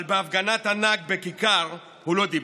אבל בהפגנת הענק בכיכר הוא לא דיבר.